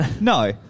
no